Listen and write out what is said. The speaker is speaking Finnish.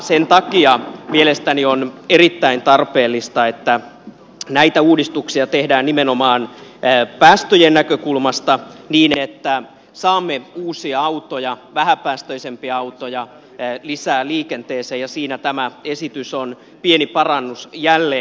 sen takia mielestäni on erittäin tarpeellista että näitä uudistuksia tehdään nimenomaan päästöjen näkökulmasta niin että saamme uusia autoja vähäpäästöisempiä autoja lisää liikenteeseen ja siinä tämä esitys on pieni parannus jälleen